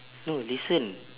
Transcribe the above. no listen